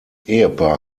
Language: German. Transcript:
ehepaar